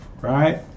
Right